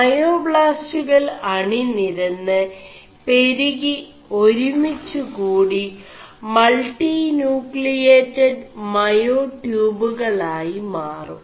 മേയാാ¶gകൾ അണിനിരM് െപരുകി ഒരുമിggകൂടി മൾƒി നçø ിേയ്ഡ് മേയാടçøബുകളായി മാറും